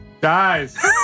Guys